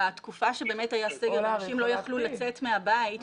בתקופה שהיה סגר ואנשים לא יכלו לצאת מהבית,